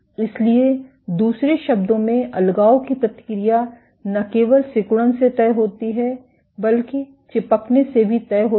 इसलिए दूसरे शब्दों में अलगाव की प्रतिक्रिया न केवल सिकुड़न से तय होती है बल्कि चिपकने से भी तय होती है